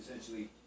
essentially